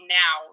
now